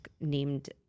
named